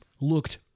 looked